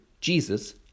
Jesus